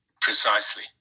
Precisely